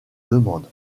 demande